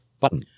button